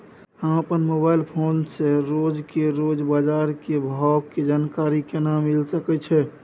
हम अपन mobile phone से रोज के रोज बाजार के भाव के जानकारी केना मिल सके छै?